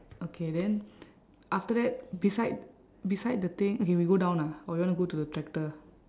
okay then after that beside beside the thing okay we go down ah or you wanna go to the tractor